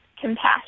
compassion